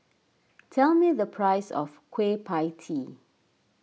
tell me the price of Kueh Pie Tee